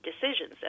decisions